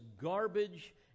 garbage